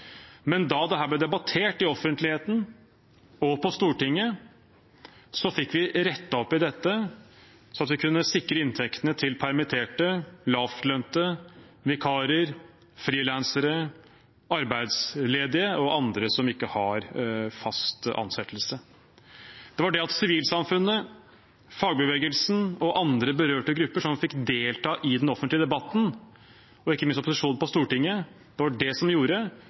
Men da dette ble debattert i offentligheten og på Stortinget, fikk vi rettet opp i det, sånn at vi kunne sikre inntektene til permitterte, lavtlønte, vikarer, frilansere, arbeidsledige og andre som ikke har fast ansettelse. Det var det at sivilsamfunnet, fagbevegelsen og andre berørte grupper fikk delta i den offentlige debatten, og ikke minst opposisjonen på Stortinget, som gjorde